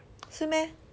是 meh